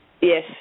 Yes